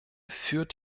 führt